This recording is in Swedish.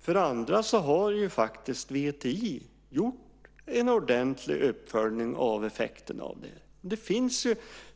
För det andra har faktiskt VTI gjort en ordentlig uppföljning av effekterna av det. I betänkandet finns